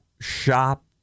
shop